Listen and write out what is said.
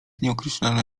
nieokreślone